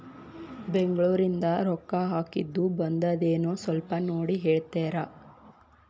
ಬೆಂಗ್ಳೂರಿಂದ ರೊಕ್ಕ ಹಾಕ್ಕಿದ್ದು ಬಂದದೇನೊ ಸ್ವಲ್ಪ ನೋಡಿ ಹೇಳ್ತೇರ?